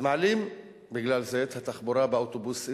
אז מעלים בגלל זה את תעריפי התחבורה הציבורית,